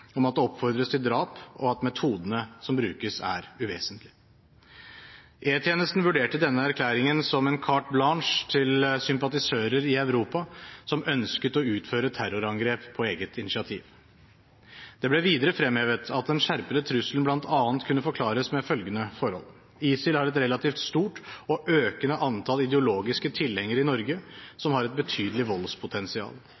om at det oppfordres til drap, og at metodene som brukes, er uvesentlige. E-tjenesten vurderte denne erklæringen som en carte blanche til sympatisører i Europa som ønsket å utføre terrorangrep på eget initiativ. Det ble videre fremhevet at den skjerpede trusselen bl.a. kunne forklares med følgende forhold: ISIL har et relativt stort og økende antall ideologiske tilhengere i Norge som har et betydelig voldspotensial.